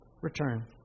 return